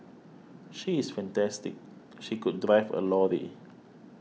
she is fantastic she could drive a lorry